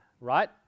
right